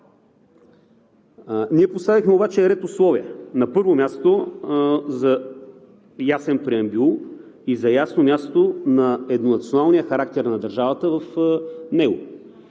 Ние поставихме обаче ред условия. На първо място за ясен преамбюл и за ясно място на еднонационалния характер на държавата в него.